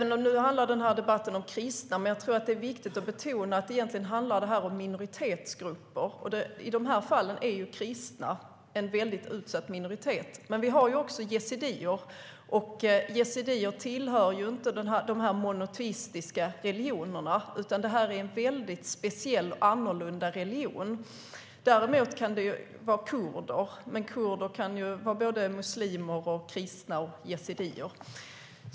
Nu handlar den här debatten om kristna, men jag tror att det är viktigt att betona att det egentligen handlar om minoritetsgrupper. I de här fallen är kristna en mycket utsatt minoritet. Men vi har också yazidier, och de tillhör inte de monoteistiska religionerna, utan deras religion är väldigt annorlunda och speciell. Sedan finns det kurder, men de kan vara muslimer, kristna eller yazidier.